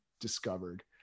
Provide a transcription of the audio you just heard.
discovered